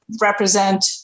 represent